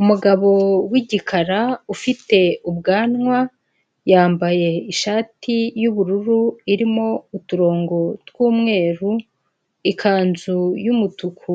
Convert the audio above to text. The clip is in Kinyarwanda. Umugabo w'igikara ufite ubwanwa, yambaye ishati y'ubururu irimo uturongo tw'umweru, ikanzu y'umutuku